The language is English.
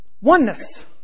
Oneness